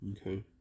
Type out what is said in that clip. Okay